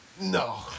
No